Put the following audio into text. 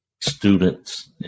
students